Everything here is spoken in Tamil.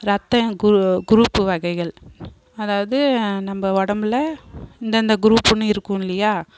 இரத்தம் கு குரூப்பு வகைகள் அதாவது நம்ம உடம்புல இந்தெந்த குரூப்புன்னு இருக்கும் இல்லையா